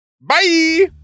Bye